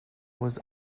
was